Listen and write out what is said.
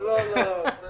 אני